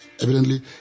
evidently